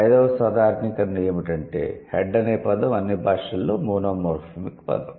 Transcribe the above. ఐదవ సాధారణీకరణ ఏమిటంటే 'హెడ్' అనే పదం అన్ని భాషలలో మోనోమోర్ఫెమిక్ పదం